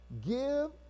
Give